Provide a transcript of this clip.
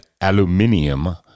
aluminium